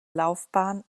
laufbahn